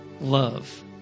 love